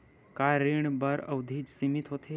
का ऋण बर अवधि सीमित होथे?